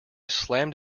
slammed